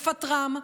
לפטרם,